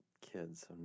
kids